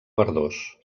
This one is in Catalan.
verdós